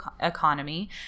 economy